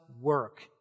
work